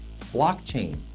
blockchain